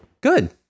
good